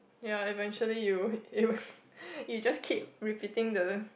ya eventually you you you just keep repeating the